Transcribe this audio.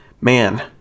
man